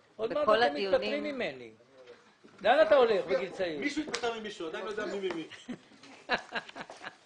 לא היה מודע בכלל להיסטוריה של שינוי החוק ב-1994 כשבאו ואמרו,